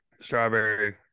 strawberry